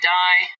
die